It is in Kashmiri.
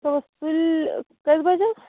تہٕ سُلہِ کٔژھِ بَجے حظ